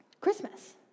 Christmas